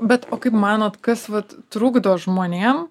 bet o kaip manot kas vat trukdo žmonėm